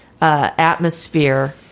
atmosphere